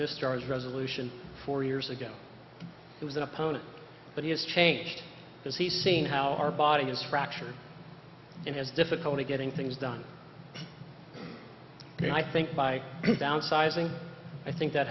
discharge resolution four years ago he was an opponent but he has changed because he's seen how our body has fracture in his difficulty getting things done and i think by downsizing i think that